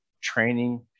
training